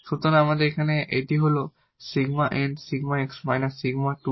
সুতরাং এখানে এখন এটি হল 𝜕𝑁 𝜕𝑥 𝜕 2𝑔